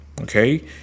okay